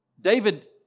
David